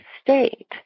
state